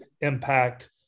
impact